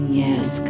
yes